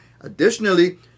Additionally